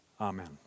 Amen